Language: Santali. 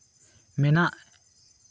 ᱢᱮᱱᱟᱜ